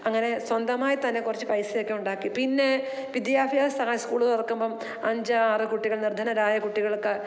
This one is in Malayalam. അങ്ങനെ സ്വന്തമായി തന്നെ കുറച്ച് പൈസയൊക്കെ ഉണ്ടാക്കി പിന്നെ വിദ്യാഭ്യാസ സഹായം സ്കൂള് തുറക്കുമ്പം അഞ്ച് ആറ് കുട്ടികൾ നിർധനരായ കുട്ടികൾക്ക്